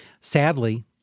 sadly